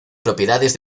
propiedades